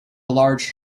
large